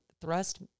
thrust